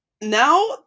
Now